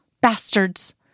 Bastards